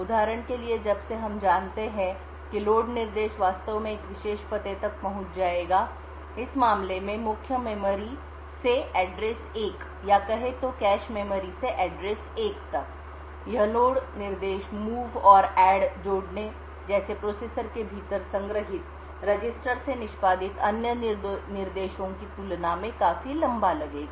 उदाहरण के लिए जब से हम जानते हैं कि लोड निर्देश वास्तव में एक विशेष पते तक पहुंच जाएगा इस मामले में मुख्य मेमोरी से address 1 या कहे तो कैश मेमोरी से address 1 यह लोड निर्देश move और जोड़ने जैसे प्रोसेसर के भीतर संग्रहीत रजिस्टर से निष्पादित अन्य निर्देशों की तुलना में काफी लंबा लगेगा